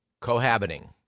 cohabiting